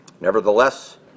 Nevertheless